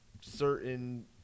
certain